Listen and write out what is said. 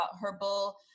herbal